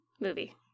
movie